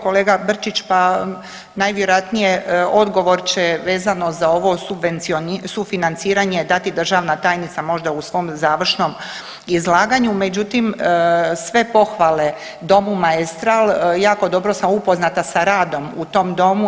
Kolega Brčić, pa najvjerojatnije odgovor će vezano za ovo sufinanciranje dati državna tajnica možda u svom završnom izlaganju, međutim sve pohvale Domu Maestral, jako dobro sam upoznata sa radom u tom domu.